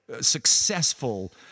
successful